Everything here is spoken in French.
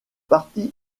parti